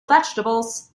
vegetables